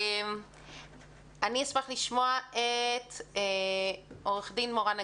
אשמח לשמוע את עו"ד מורן נגיד.